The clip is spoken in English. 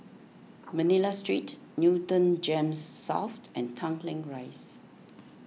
Manila Street Newton Gems South and Tanglin Rise